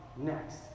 next